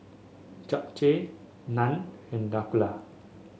Japchae Naan and Dhokla